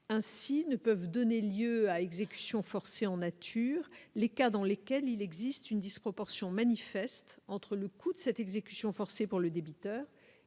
ainsi ne peuvent donner lieu à exécution forcée en nature, les cas dans lesquels il existe une disproportion manifeste entre le coût de cette exécution forcée pour le débiteur